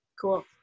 cool